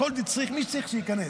"כל דצריך", מי שצריך שייכנס.